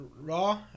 raw